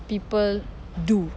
people do